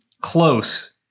close